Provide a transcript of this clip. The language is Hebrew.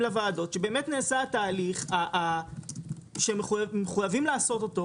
לוועדות שבאמת נעשה התהליך שמחויבים לעשות אותו,